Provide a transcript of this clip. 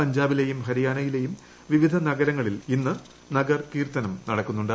പഞ്ചാബിലെയും ഹരിയാനയിലെയും വിവിധ നഗ്രുങ്ങളിൽ ഇന്ന് നഗർ കീർത്തനം നടക്കുന്നുണ്ട്